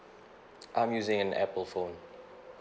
I'm using an apple phone